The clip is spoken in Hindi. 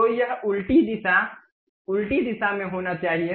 तो यह उल्टी दिशा उल्टी दिशा में होना चाहिए